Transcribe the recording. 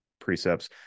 precepts